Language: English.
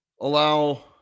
Allow